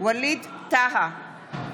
ווליד טאהא,